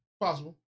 Possible